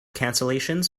cancellations